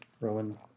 Rowan